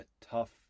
tough